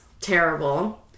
terrible